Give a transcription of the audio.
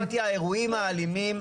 לא, אמרתי האירועים האלימים,